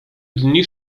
dni